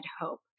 hope